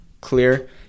clear